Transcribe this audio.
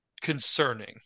concerning